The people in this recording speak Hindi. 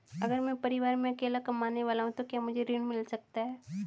अगर मैं परिवार में अकेला कमाने वाला हूँ तो क्या मुझे ऋण मिल सकता है?